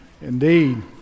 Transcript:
Indeed